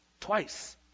twice